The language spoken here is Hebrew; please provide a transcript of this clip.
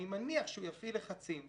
אני מניח שהוא יפעיל לחצים,